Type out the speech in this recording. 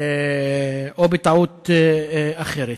או בטעות אחרת?